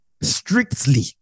Strictly